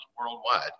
worldwide